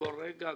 כל רגע,